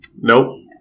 Nope